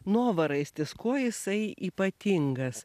novaraistis kuo jisai ypatingas